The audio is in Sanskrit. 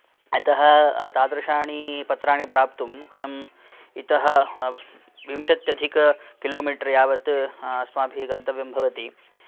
यतः तादृशानि पत्राणि प्राप्तुं वयम् इतः विंशत्यधिक किलो मीटर् यावत् अस्माभिः गन्तव्यम् भवति